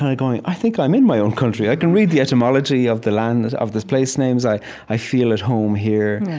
going, i think i'm in my own country. i can read the etymology of the land, of the place names. i i feel at home here.